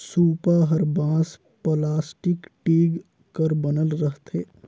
सूपा हर बांस, पलास्टिक, टीग कर बनल रहथे